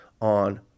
on